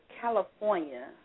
California